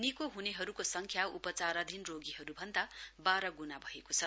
निको हुनेहरुको संख्या उपचाराधीन रोगीहरु भन्दा वाह्र गुणा भएको छ